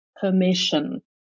permission